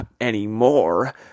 anymore